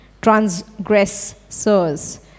transgressors